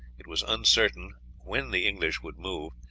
it was uncertain when the english would move,